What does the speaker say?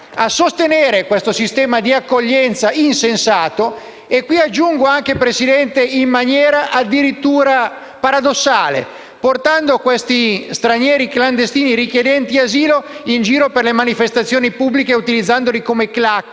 a sostenere questo sistema di accoglienza insensato e, aggiungo anche, signor Presidente, in maniera addirittura paradossale, portando questi stranieri clandestini richiedenti asilo in giro per le manifestazioni pubbliche, utilizzandoli come